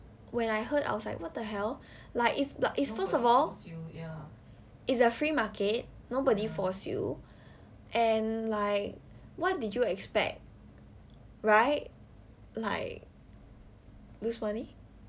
when I heard I was like what the hell like it's it's first of all it's a free market nobody forced you and like what did you expect right like lose money